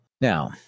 now